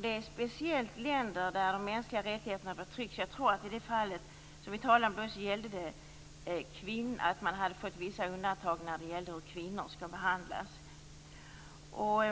Det gäller speciellt länder där de mänskliga rättigheterna förtrycks. I det fall som vi talar om tror jag att man hade fått vissa undantag när det gällde hur kvinnor skall behandlas.